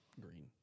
green